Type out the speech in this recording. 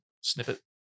snippet